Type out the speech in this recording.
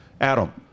Adam